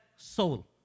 Soul